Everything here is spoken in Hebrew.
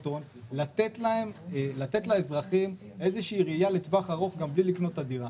הון לתת לאזרחים איזושהי ראייה לטווח ארוך גם בלי לקנות את הדירה.